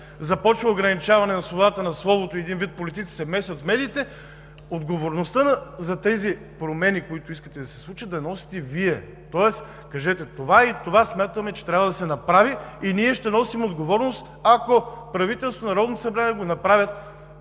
започва ограничаване на свободата на словото – един вид политиците се месят в медиите, отговорността за тези промени, които искате да се случат, да я носите Вие? Кажете: смятаме, че това и това трябва да се направи и ние ще носим отговорност, ако правителството и Народното събрание го направят